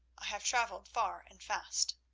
i have travelled far and fast.